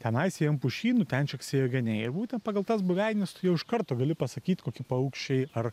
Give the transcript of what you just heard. tenais ėjom pušynu ten čeksėjo geniai ir būtent pagal tas buveines tu jau iš karto gali pasakyt koki paukščiai ar